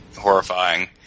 horrifying